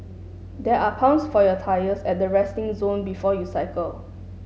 there are pumps for your tyres at the resting zone before you cycle